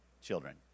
children